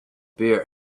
beer